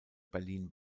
berlin